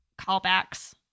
callbacks